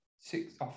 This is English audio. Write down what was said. Six